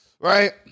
right